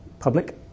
public